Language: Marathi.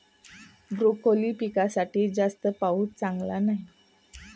ब्रोकोली पिकासाठी जास्त पाऊस चांगला नाही